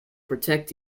protect